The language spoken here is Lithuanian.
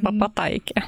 pa pataikė